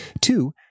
two